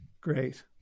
Great